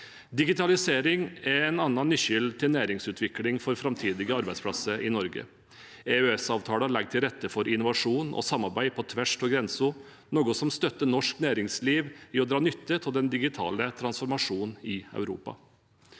Digitalisering er en annen nøkkel til næringsutvikling for framtidige arbeidsplasser i Norge. EØS-avtalen legger til rette for innovasjon og samarbeid på tvers av grenser, noe som støtter norsk næringsliv i å dra nytte av den digitale transformasjonen i Europa.